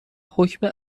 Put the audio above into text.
حکم